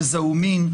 גזע ומין.